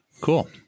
Cool